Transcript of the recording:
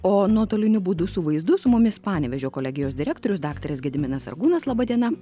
o nuotoliniu būdu su vaizdu su mumis panevėžio kolegijos direktorius daktaras gediminas sargūnas laba diena